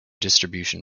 distribution